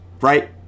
Right